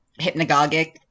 hypnagogic